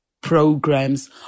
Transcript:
programs